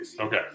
Okay